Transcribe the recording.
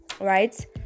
right